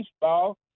baseball